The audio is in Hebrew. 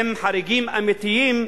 הם חריגים אמיתיים,